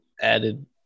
added